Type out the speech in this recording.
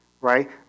right